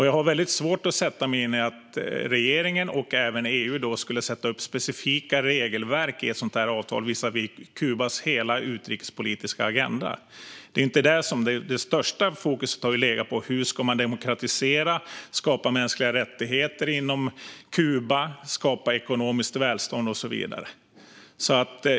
Jag har svårt att föreställa mig att regeringen och även EU skulle sätta upp specifika regelverk i ett sådant här avtal visavi Kubas hela utrikespolitiska agenda. Största fokus har legat på hur man ska demokratisera, skapa mänskliga rättigheter inom Kuba, skapa ekonomiskt välstånd och så vidare.